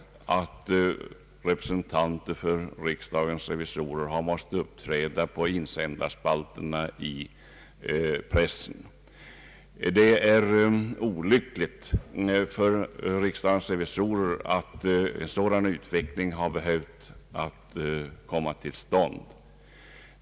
Representanter för riksdagens revisorer har också måst uppträda i insändarspalterna i pressen. Det är olyckligt för riksdagens revisorer att en sådan utveckling behövt komma till stånd.